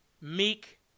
meek